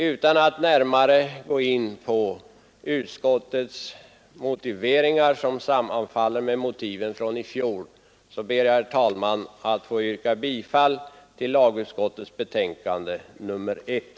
Utan att närmare gå in på utskottets motiveringar, som sammanfaller med motiven från i fjol, ber jag att få yrka bifall till lagutskottets hemställan i betänkandet nr 1.